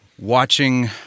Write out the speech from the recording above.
watching